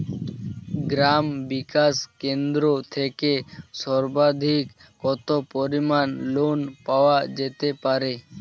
গ্রাম বিকাশ কেন্দ্র থেকে সর্বাধিক কত পরিমান লোন পাওয়া যেতে পারে?